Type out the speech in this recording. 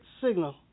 signal